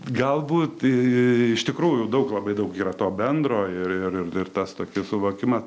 galbūt iš tikrųjų daug labai daug yra to bendro ir ir tas tokį suvokimą